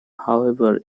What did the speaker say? however